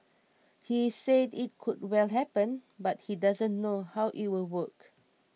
he said it could well happen but he doesn't know how it will work